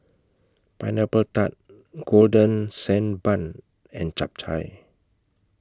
Pineapple Tart Golden Sand Bun and Chap Chai